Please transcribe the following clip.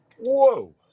Whoa